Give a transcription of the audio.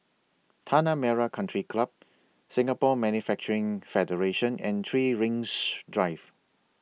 Tanah Merah Country Club Singapore Manufacturing Federation and three Rings Drive